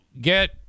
get